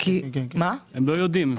הם לא יודעים.